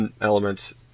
element